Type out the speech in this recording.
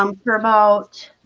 um for about